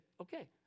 okay